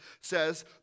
says